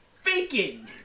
faking